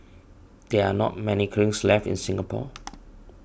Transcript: there are not many kilns left in Singapore